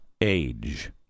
age